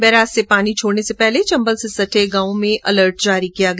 barrage से पानी छोडने से पहले चम्बल से सटे गांवों में अलर्ट जारी किया गया